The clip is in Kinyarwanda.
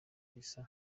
risa